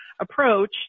approach